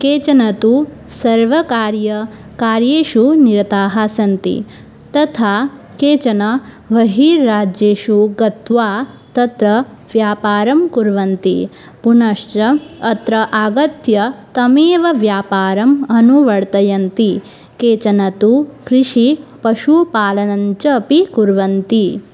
केचन तु सर्वकार्यकार्येषु निरताः सन्ति तथा केचन बहिराज्येषु गत्वा तत्र व्यापारं कुर्वन्ति पुनश्च अत्र आगत्य तमेव व्यापारम् अनुवर्तयन्ति केचन तु कृषिपशुपालनञ्च अपि कुर्वन्ति